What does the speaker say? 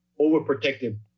overprotective